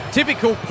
typical